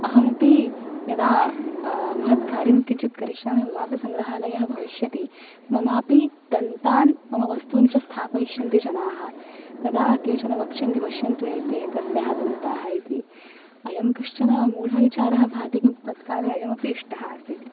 अहमपि यदा महत्कार्यं किञ्चित् करिष्यामि ममापि सङ्ग्रहालयः भविष्यति ममापि दन्तान् मम वस्तूनि च स्थापयिष्यन्ति जनाः तदा केचन वक्ष्यन्ति पश्यन्तु एते एतस्याः दन्ताः इति अयं कश्चन मूढविचारः इव भाति किन्तु तत्काले अयमपि इष्टः आसीत्